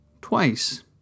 Twice